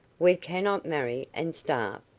we cannot marry and starve.